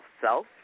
self